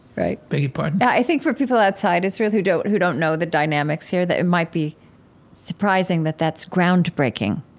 right? beg your pardon? i think, for people outside israel who don't who don't know the dynamics here, that it might be surprising that that's groundbreaking